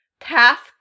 Task